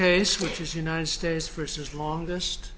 case which is united states versus longest